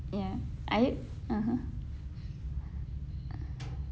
ya are you (uh huh)